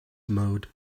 mode